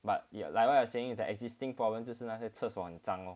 but like what I'm saying is the existing problems 就是那些厕所脏 lor